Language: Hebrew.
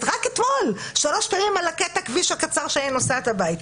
רק אתמול שלוש פעמים על קטע הכביש הקצר שאני נוסעת הביתה.